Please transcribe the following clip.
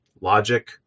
logic